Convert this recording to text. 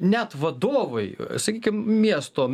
net vadovai sakykim miesto